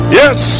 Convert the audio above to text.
yes